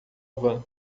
van